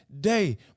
day